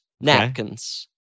napkins